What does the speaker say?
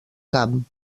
camp